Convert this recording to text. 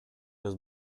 los